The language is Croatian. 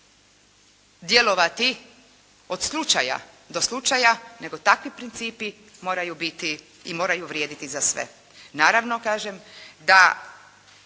djelovati od slučaja do slučaja nego takvi principi moraju biti i moraju vrijediti za sve. Naravno kažem da